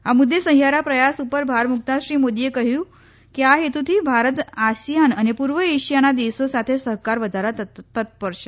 આ મુદ્દે સહિયારા પ્રયાસ ઉપર ભાર મુકતા શ્રી મોદીએ કહ્યું કે આ હેતુથી ભારત આસિયાન અને પૂર્વ એશિયાના દેશો સાથે સહકાર વધારવા તત્પર છે